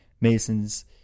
Mason's